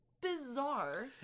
Bizarre